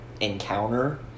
encounter